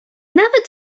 nawet